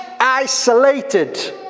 isolated